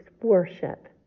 worship